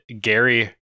Gary